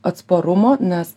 atsparumo nes